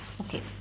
Okay